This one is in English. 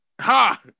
Ha